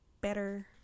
better